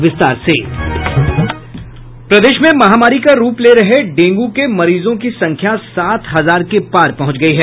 प्रदेश में महामारी का रूप ले रहे डेंगू के मरीजों की संख्या सात हजार के पार पहुंच गयी है